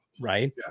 right